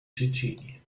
tschetschenien